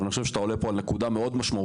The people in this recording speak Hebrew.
אבל אני חושב שאתה עולה פה על נקודה מאוד משמעותית.